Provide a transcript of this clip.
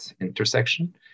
intersection